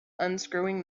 unscrewing